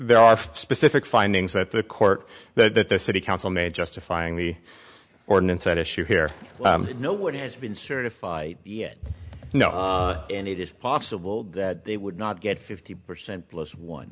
there are specific findings that the court that the city council may justifying the ordinance at issue here no one has been certify yet and it is possible that they would not get fifty percent plus one